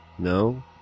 No